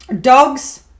dogs